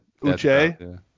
Uche